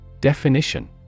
Definition